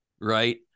right